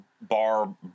bar